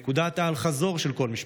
היא נקודת האל-חזור של כל משפחה.